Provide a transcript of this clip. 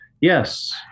Yes